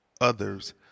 others